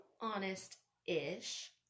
honest-ish